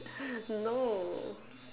no